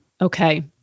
Okay